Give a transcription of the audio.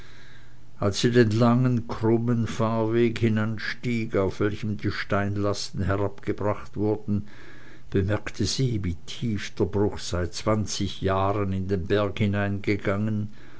als sie den langen krummen fahrweg hinanstieg auf welchem die steinlasten herabgebracht wurden bemerkte sie wie tief der bruch seit zwanzig jahren in den berg hineingegangen